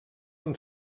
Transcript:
amb